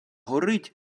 горить